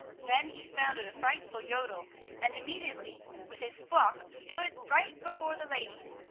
then he sounded a frightful yodel and immediately with his flock stood right before the ladies,